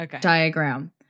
diagram